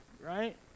right